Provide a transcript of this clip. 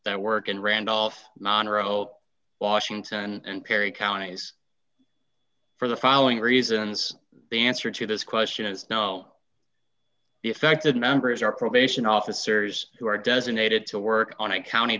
that work in randolph monro washington and perry counties for the following reasons the answer to this question is no effective members are probation officers who are designated to work on a county